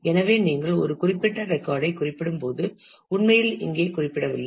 எனவே நீங்கள் ஒரு குறிப்பிட்ட ரெக்கார்ட் ஐ குறிப்பிடும்போது உண்மையில் இங்கே குறிப்பிடவில்லை